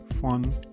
fun